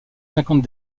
cinquante